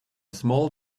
small